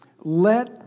Let